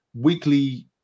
weekly